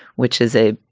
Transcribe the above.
which is a,